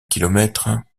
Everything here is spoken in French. kilomètres